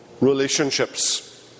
relationships